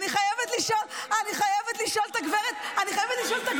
אני חייבת לשאול את גברת יועמ"שית,